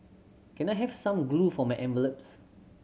can I have some glue for my envelopes